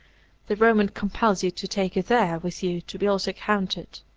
the roman compels you to take her there with you to be also counted.